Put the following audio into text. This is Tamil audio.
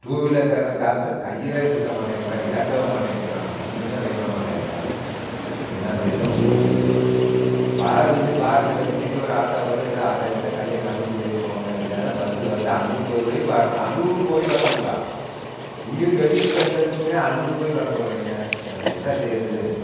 டூ வீலர்காரன் காம்ச்சா கையவே நிறுத்த மாட்டேன்றான் ஏத்தவும் மாட்டேன்றான் ஒன்னுமே மாட்டேன்றான் என்ன பண்ணுறதுனே ஒன்னும் தெரியலேங்க பாரு தம்பி பாருங்க எதோ மினிடோர் ஆட்டோ வரும் எதோ ஆட்டோ கீட்டோ கைய காமிச்சி ஏறிப்போங்க இல்லைன்னா பஸ்ஸு வந்து அன்னூர் போயி வரணும் அன்னூர் போயி வரணுங்களா இங்கேருந்து வெள்ளிக்குப்பம் எங்கே இருக்குதுங்க அன்னூரு போயி வரச்சொல்கிறிங்க என்ன செய்கிறது